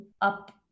up